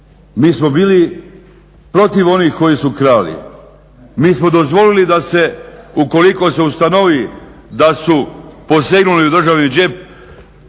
Mi smo bili protiv onih koji su krali, mi smo dozvolili da se ukoliko se ustanovi da su posegnuli u državni džep